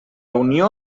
unió